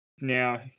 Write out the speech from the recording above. Now